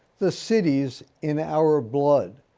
the city's in our blood.